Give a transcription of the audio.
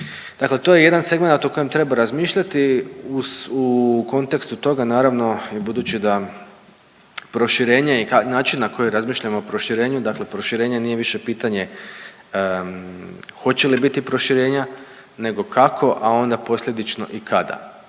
Dakle to je jedan segmenat o kojem treba razmišljati uz, u kontekstu toga naravno i budući da proširenje i način na koji razmišljamo o proširenju dakle proširenje nije više pitanje hoće li biti proširenja nego kako, a onda posljedično i kada,